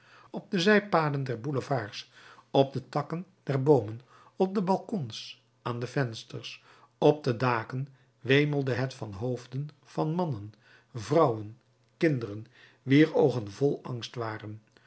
op de zijpaden der boulevards op de takken der boomen op de balkons aan de vensters op de daken wemelde het van hoofden van mannen vrouwen kinderen wier oogen vol angst waren